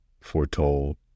foretold